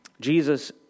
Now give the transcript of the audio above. Jesus